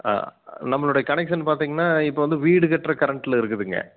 ஆ நம்மளுடைய கனெக்ஷன் பார்த்திங்கனா இப்போ வந்து வீடு கட்டுகிற கரண்ட்டில் இருக்குதுங்க